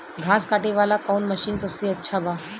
घास काटे वाला कौन मशीन सबसे अच्छा बा?